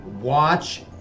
Watch